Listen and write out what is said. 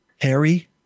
Harry